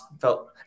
felt